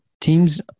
Teams